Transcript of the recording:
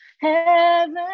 heaven